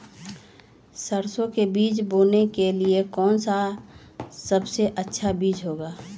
सरसो के बीज बोने के लिए कौन सबसे अच्छा बीज होगा?